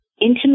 intimate